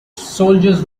soldiers